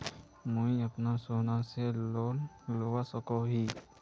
मुई अपना सोना से लोन लुबा सकोहो ही?